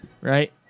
right